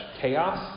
chaos